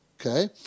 okay